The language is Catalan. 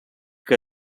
que